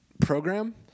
program